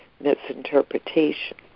misinterpretation